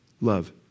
love